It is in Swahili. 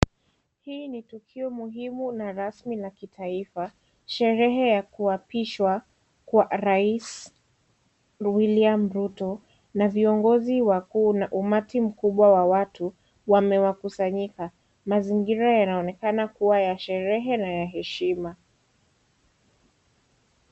Hii ni tukio muhimu na rasmi la kitaifa. Sherehe ya kuapishwa kwa rais Wiliam Ruto, na viongozi wakuu na umati mkubwa wa watu wamewakusanyika. Mazingira yanaonekana kuwa ya sherehe na ya heshima.